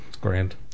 grand